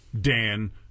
Dan